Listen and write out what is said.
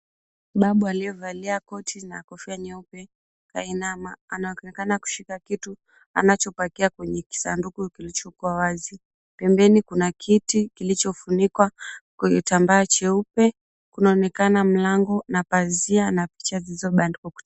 Babu aliyavalia koti na kofia nyeupe kainama. Anaonekana kushika kitu anachopakia kwenye kisanduku kilichowazi. Pembeni kuna kiti kilichofunikwa kwenye tambaa cheupe. Kunaonekana pazia na picha zilizobandikwa.